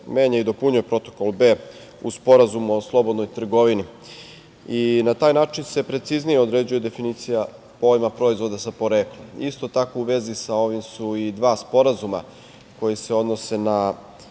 menja i dopunjuje Protokol B u Sporazumu o slobodnoj trgovini. Na taj način se preciznije određuje definicija pojma proizvoda sa poreklom. Isto tako, u vezi sa ovim su i dva sporazuma koji se odnose na